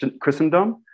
Christendom